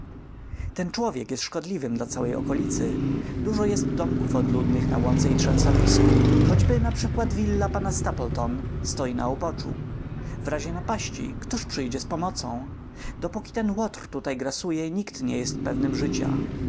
ten człowiek jest szkodliwym dla całej okolicy dużo jest domków odludnych na łące i trzęsawisku choćby naprzykład willa pana stapleton stoi na uboczu w razie napaści któż przyjdzie z pomocą dopóki ten łotr tutaj grasuje nikt nie jest pewnym życia